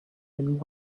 and